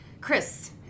Chris